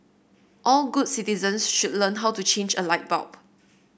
all good citizens should learn how to change a light bulb